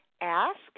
ask